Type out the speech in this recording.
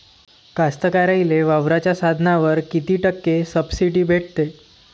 कास्तकाराइले वावराच्या साधनावर कीती टक्के सब्सिडी भेटते?